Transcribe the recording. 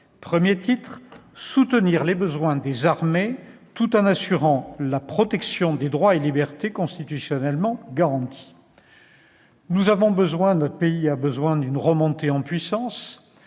premier :« Soutenir les besoins des armées tout en assurant la protection des droits et libertés constitutionnellement garantis ». Notre pays a besoin d'une « remontée en puissance